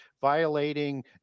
violating